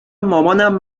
مامانم